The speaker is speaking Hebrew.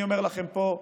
אני אומר לכם פה,